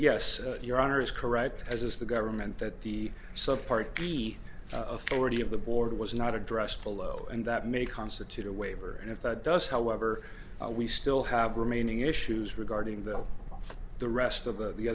yes your honor is correct as is the government that the so part b authority of the board was not addressed below and that may constitute a waiver and if that does however we still have remaining issues regarding the all the rest of the